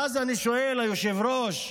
ואז אני שואל, היושב-ראש: